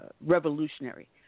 revolutionary